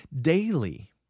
Daily